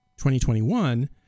2021